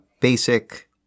basic